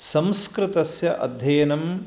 संस्कृतस्य अध्ययनं